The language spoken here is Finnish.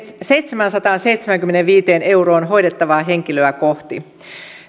seitsemäänsataanseitsemäänkymmeneenviiteen euroon hoidettavaa henkilöä kohti